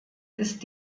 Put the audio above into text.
ist